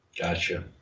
Gotcha